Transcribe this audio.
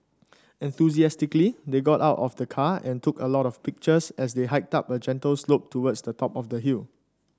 enthusiastically they got out of the car and took a lot of pictures as they hiked up a gentle slope towards the top of the hill